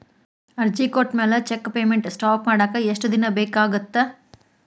ಅರ್ಜಿ ಕೊಟ್ಮ್ಯಾಲೆ cheque payment stop ಮಾಡಾಕ ಎಷ್ಟ ದಿನಾ ಬೇಕಾಗತ್ತಾ